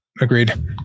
Agreed